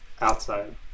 outside